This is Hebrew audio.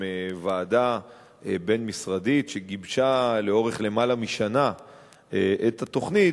עם ועדה בין-משרדית שגיבשה לאורך למעלה משנה את התוכנית.